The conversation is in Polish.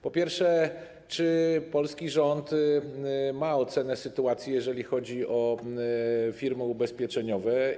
Po pierwsze: Czy polski rząd ma ocenę sytuacji, jeżeli chodzi o firmy ubezpieczeniowe?